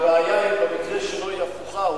הבעיה במקרה שלו היא הפוכה.